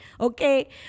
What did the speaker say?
Okay